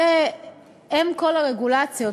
זו אם כל הרגולציות,